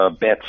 bets